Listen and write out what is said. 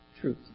truth